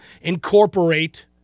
incorporate